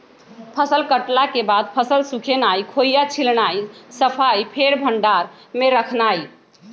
फसल कटला के बाद फसल सुखेनाई, खोइया छिलनाइ, सफाइ, फेर भण्डार में रखनाइ